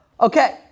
Okay